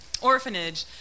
orphanage